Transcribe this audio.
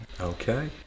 Okay